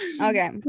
Okay